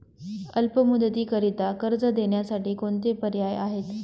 अल्प मुदतीकरीता कर्ज देण्यासाठी कोणते पर्याय आहेत?